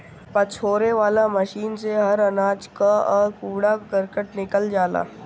पछोरे वाला मशीन से हर अनाज कअ कूड़ा करकट निकल जाला